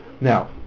Now